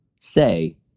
say